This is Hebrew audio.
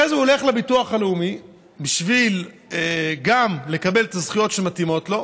אחרי זה הוא הולך לביטוח הלאומי בשביל לקבל את הזכויות שמתאימות לו,